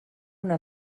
una